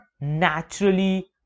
naturally